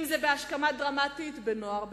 בהשקעה דרמטית בנוער בסיכון,